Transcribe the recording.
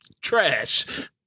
trash